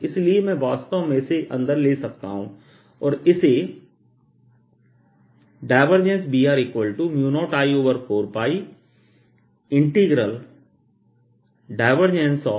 इसलिए मैं वास्तव में इसे अंदर ले जा सकता हूं और इसे Br0I4πdlr r